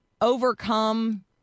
overcome